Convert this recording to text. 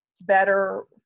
Better